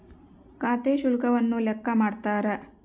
ಖಾತೆ ಶುಲ್ಕವನ್ನು ಲೆಕ್ಕ ಮಾಡ್ತಾರ